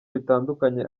bitandukanye